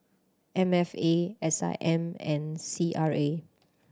M F A S I M and C R A